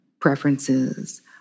preferences